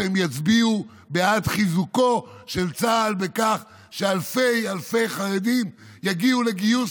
שהם יצביעו בעד חיזוקו של צה"ל בכך שאלפי אלפי חרדים יגיעו לגיוס,